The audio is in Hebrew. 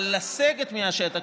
אבל לסגת מהשטח,